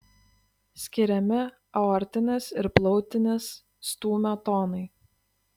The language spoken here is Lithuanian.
skiriami aortinis ir plautinis stūmio tonai